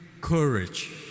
courage